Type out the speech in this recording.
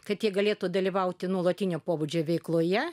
kad jie galėtų dalyvauti nuolatinio pobūdžio veikloje